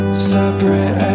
Separate